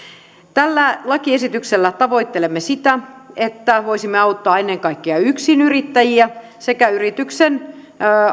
tällä lakiesityksellä tavoittelemme sitä että voisimme auttaa ennen kaikkea yksinyrittäjiä yrityksen